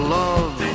love